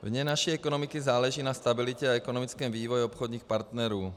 Vně naší ekonomiky záleží na stabilitě a ekonomickém vývoji obchodních partnerů.